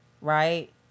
right